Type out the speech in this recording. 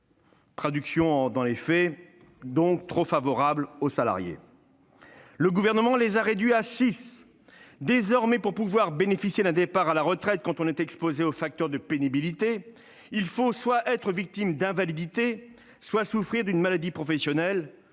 traduction : trop favorables aux salariés ... Le Gouvernement a réduit ces critères à six. Désormais, pour pouvoir bénéficier d'un départ à la retraite quand on est exposé aux facteurs de pénibilité, il faut soit être victime d'invalidité soit souffrir d'une maladie professionnelle,